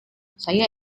saya